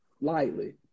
lightly